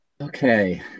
Okay